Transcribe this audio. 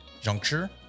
juncture